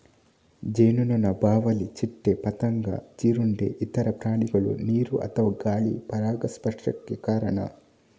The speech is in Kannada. ಜೇನುನೊಣ, ಬಾವಲಿ, ಚಿಟ್ಟೆ, ಪತಂಗ, ಜೀರುಂಡೆ, ಇತರ ಪ್ರಾಣಿಗಳು ನೀರು ಅಥವಾ ಗಾಳಿ ಪರಾಗಸ್ಪರ್ಶಕ್ಕೆ ಕಾರಣ